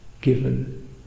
given